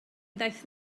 ddaeth